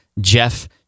Jeff